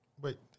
Wait